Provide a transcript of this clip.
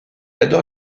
adore